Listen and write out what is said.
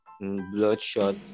bloodshot